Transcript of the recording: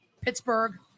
Pittsburgh